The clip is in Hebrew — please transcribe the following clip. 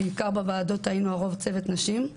בעירק בוועדות השונות - היינו הרוב צוות נשים.